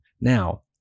Now